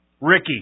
Ricky